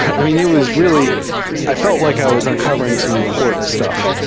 i mean, it was really i felt like i was uncovering some important stuff,